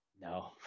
No